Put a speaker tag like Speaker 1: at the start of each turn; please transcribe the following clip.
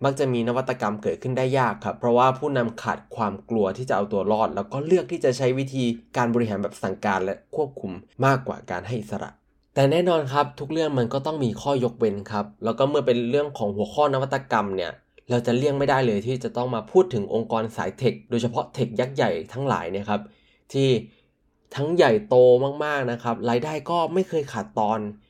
Speaker 1: มักจะมีนวัตกรรมเกิดขึ้นได้ยากครับ เพราะว่าผู้นำขาดความกลัวที่จะเอาตัวรอด แล้วก็เลือกที่จะใช้วิธีการบริหารแบบสั่งการและควบคุมมากกว่าการให้อิสระ แต่แน่นอนครับ ทุกเรื่องมันก็ต้องมีข้อยกเว้นครับ แล้วก็เมื่อเป็นเรื่องของหัวข้อนวัตกรรมเนี่ย เราจะเลี่ยงไม่ได้เลยที่จะต้องมาพูดถึงองค์กรสายเทค โดยเฉพาะเทคยักษ์ใหญ่ทั้งหลายเนี่ยครับ ที่ทั้งใหญ่โตมากๆนะครับ รายได้ก็ไม่เคยขาดตอน